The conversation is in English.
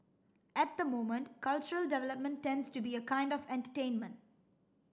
at the moment cultural development tends to be a kind of entertainment